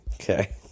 Okay